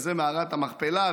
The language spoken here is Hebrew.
וזה מערת המכפלה,